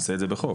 נעשה את זה בחוק,